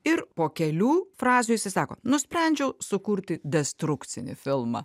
ir po kelių frazių jisai sako nusprendžiau sukurti destrukcinį filmą